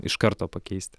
iš karto pakeisti